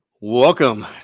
Welcome